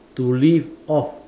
to live off